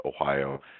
Ohio